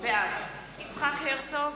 בעד יצחק הרצוג,